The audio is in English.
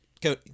go